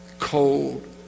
cold